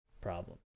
problem